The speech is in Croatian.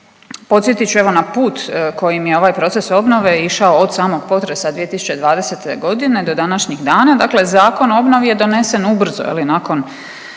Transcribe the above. Podsjetit ću, evo na put kojim je ovaj proces obnove išao od samog potresa 2020. g. do današnjih dana, dakle Zakon o obnovi je donesen ubrzo, je li, nakon